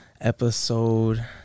Episode